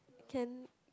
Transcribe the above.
can